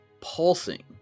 pulsing